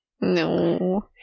no